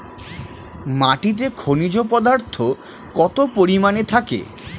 মাটিতে খনিজ পদার্থ কত পরিমাণে থাকে?